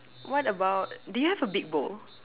what about do you have a big bowl